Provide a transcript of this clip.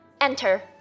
Enter